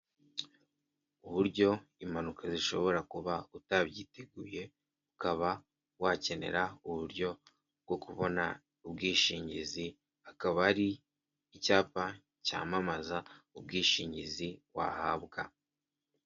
Uburyo impanuka zishobora kuba utabyiteguye ukaba wakenera uburyo bwo kubona ubwishingizi akaba ari icyapa cyamamaza ubwishingizi wahabwa.